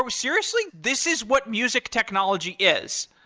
um seriously? this is what music technology is.